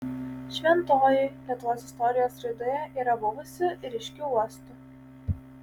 šventoji lietuvos istorijos raidoje yra buvusi ryškiu uostu